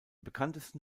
bekanntesten